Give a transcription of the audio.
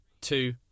two